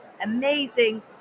amazing